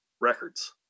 records